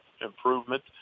improvement